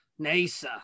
NASA